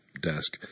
desk